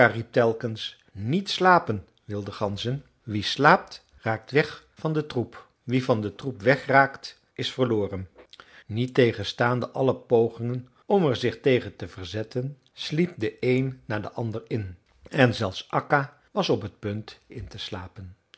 telkens niet slapen wilde ganzen wie slaapt raakt weg van den troep wie van den troep wegraakt is verloren niettegenstaande alle pogingen om er zich tegen te verzetten sliep de een na de ander in en zelfs akka was op t punt in te slapen